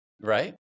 right